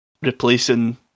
replacing